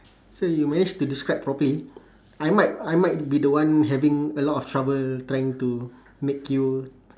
so you manage to describe properly I might I might be the one having a lot of trouble trying to make you